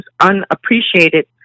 unappreciated